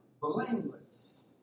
blameless